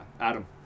Adam